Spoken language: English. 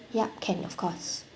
ya can of course